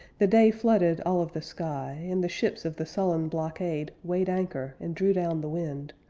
the day flooded all of the sky and the ships of the sullen blockade weighed anchor and drew down the wind,